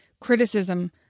criticism